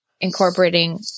incorporating